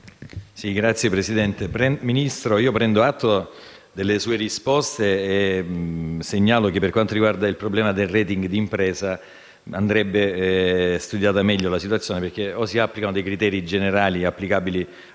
*(CoR)*. Signor Ministro, prendo atto delle sue risposte e segnalo che, per quanto riguarda il problema del *rating* d'impresa, andrebbe studiata meglio la situazione perché o si applicano dei criteri generali a tutte le